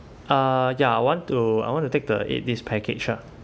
uh ya I want to I want to take the eight days package ah